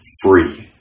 free